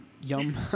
Yum